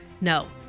No